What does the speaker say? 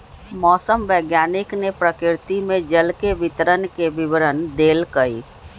मौसम वैज्ञानिक ने प्रकृति में जल के वितरण के विवरण देल कई